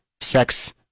sex